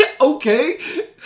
Okay